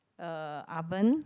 uh oven